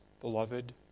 beloved